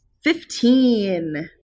Fifteen